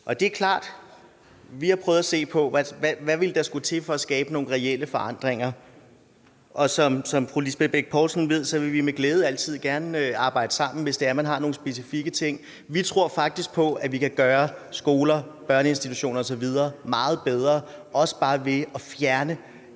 Det er klart, at vi har prøvet at se på, hvad der ville skulle til for at skabe nogle reelle forandringer. Som fru Lisbeth Bech Poulsen ved, vil vi med glæde altid gerne arbejde sammen, hvis man har nogle specifikke ting. Vi tror faktisk på, at vi kan gøre skoler, børneinstitutioner osv. meget bedre også bare ved at fjerne